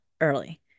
early